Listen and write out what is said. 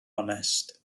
onest